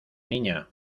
niña